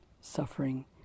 suffering